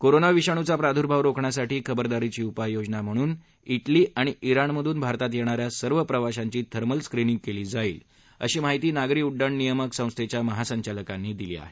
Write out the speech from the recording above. corona विषाणूवा प्राद्भाव रोखण्यासाठी खबरदारीची उपाययोजना म्हणून तिली आणि जिणमधून भारतात येणाऱ्या सर्व प्रवाशांची थर्मल स्क्रीनींग केली जाईल अशी माहिती नागरी उड्डाण नियामक संस्थेच्या महासंचालकांनी दिली आहे